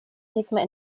diesmal